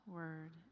word